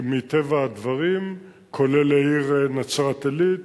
מטבע הדברים, כולל העיר נצרת-עילית,